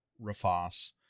Rafas